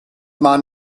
man